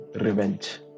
revenge